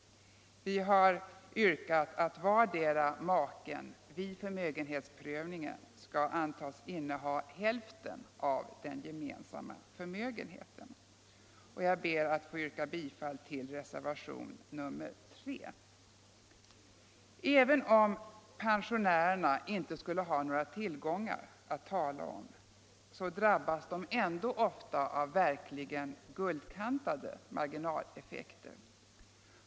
Vi har yrkat att vardera maken vid förmögenhetsprövningen skall antas inneha hälften av den gemensamma förmögenheten. Jag ber att få yrka bifall till reservationen 3. Även om pensionärerna inte skulle ha några tillgångar att tala om drabbas de ofta av verkligt guldkantade marginaleffekter.